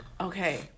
Okay